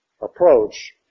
approach